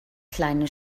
keine